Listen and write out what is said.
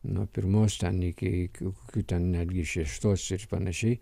nuo pirmos ten iki iki kokių ten netgi šeštos ir panašiai